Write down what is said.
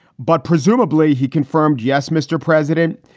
but presumably he confirmed. yes, mr. president,